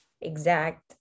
exact